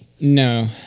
No